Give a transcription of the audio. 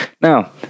Now